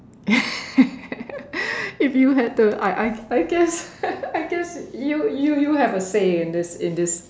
if you had the I I I guess I guess you you have a say in this in this